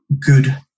good